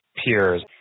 peers